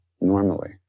normally